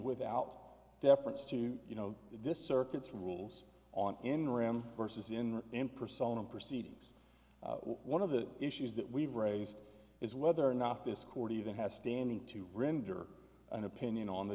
without deference to you know this circuit's rules on in ram versus in in persona proceedings one of the issues that we've raised is whether or not this court even has standing to render an opinion on the